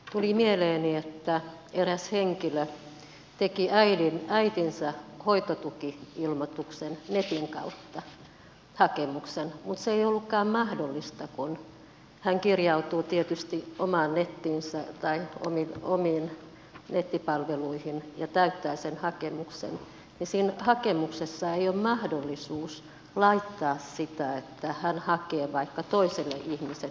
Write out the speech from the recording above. tuli mieleeni että eräs henkilö teki äitinsä hoitotuki ilmoituksen netin kautta hakemuksena mutta se ei ollutkaan mahdollista kun hän kirjautuu tietysti omiin nettipalveluihin ja täyttää sen hakemuksen ja siinä hakemuksessa ei ole mahdollisuutta laittaa sitä että hän hakee vaikka toiselle ihmiselle sitä hoitotukea